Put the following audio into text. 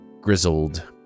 grizzled